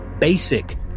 basic